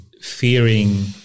fearing